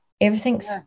everything's